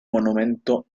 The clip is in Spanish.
monumento